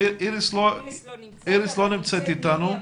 איריס לא נמצאת איתנו.